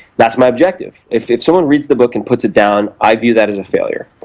that's my objective. if someone reads the book and puts it down, i view that as a failure.